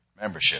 Membership